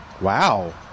Wow